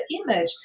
image